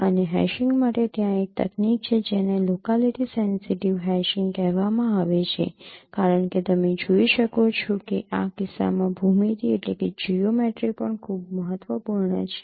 અને હેશીંગ માટે ત્યાં એક તકનીક છે જેને લોકાલિટી સેન્સિટિવ હેશિંગ કહેવામાં આવે છે કારણ કે તમે જોઈ શકો છો કે આ કિસ્સામાં ભૂમિતિ પણ ખૂબ મહત્વપૂર્ણ છે